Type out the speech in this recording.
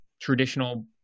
traditional